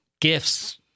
gifts